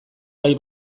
gai